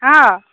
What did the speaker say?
অঁ